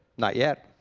not yet.